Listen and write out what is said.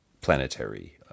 planetary